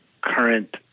current